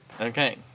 Okay